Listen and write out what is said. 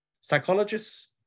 Psychologists